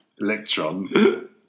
Electron